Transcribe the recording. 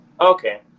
Okay